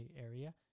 area